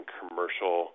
commercial